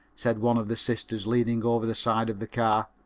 said one of the sisters, leaning over the side of the car.